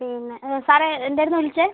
പിന്നെ സാറെ എന്തായിരുന്നു വിളിച്ചത്